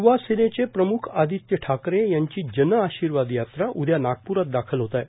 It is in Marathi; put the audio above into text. यवा सेनेचे प्रमुख आदित्य ठाकरे यांची जनआशीर्वाद यात्रा उद्या नागपूरात दाखल होत आहे